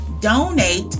donate